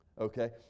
Okay